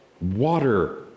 water